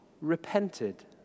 repented